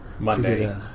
Monday